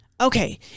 Okay